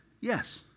yes